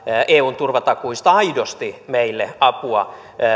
eun turvatakuista aidosti meille apua